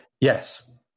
Yes